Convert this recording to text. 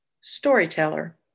storyteller